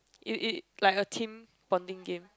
it it like a team bonding game